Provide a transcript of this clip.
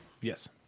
yes